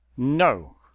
no